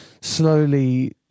slowly